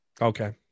Okay